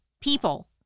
people